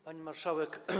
Pani Marszałek!